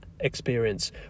experience